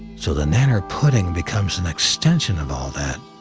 so the nanner pudding becomes an extension of all that,